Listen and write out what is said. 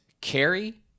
carry